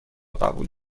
قبول